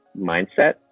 mindset